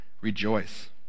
rejoice